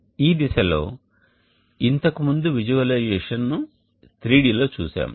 ఈ దిశలో ఇంతకుముందు విజువలైజేషన్ను 3D లో చూశాము